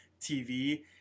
TV